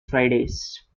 fridays